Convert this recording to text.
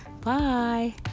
Bye